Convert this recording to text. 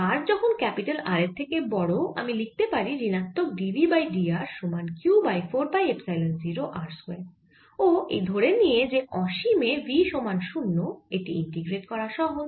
r যখন R এর থেকে বড় আমি লিখতে পারি ঋণাত্মক dv বাই dr সমান Q বাই 4 পাই এপসাইলন 0 r স্কয়ার ও এই ধরে নিয়ে যে অসীমে v সমান 0 এটি ইন্টিগ্রেট করা সহজ